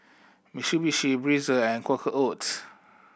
Mitsubishi Breezer and Quaker Oats